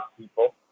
people